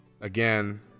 again